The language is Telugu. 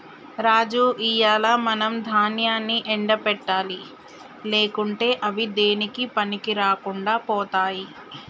రాజు ఇయ్యాల మనం దాన్యాన్ని ఎండ పెట్టాలి లేకుంటే అవి దేనికీ పనికిరాకుండా పోతాయి